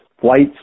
flights